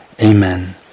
amen